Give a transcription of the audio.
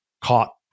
caught